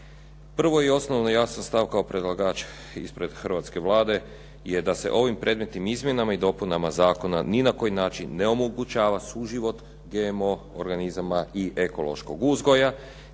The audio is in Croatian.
Prvo i osnovno ja sam stao kao predlagač ispred hrvatske Vlade, je da se ovim predmetnim izmjenama i dopunama zakona ni na koji način ne omogućava suživot GMO organizama i ekološkog uzgoja,